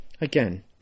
Again